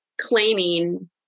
claiming